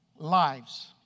lives